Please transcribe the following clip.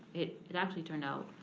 it it actually turned out,